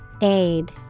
Aid